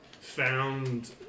found